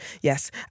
Yes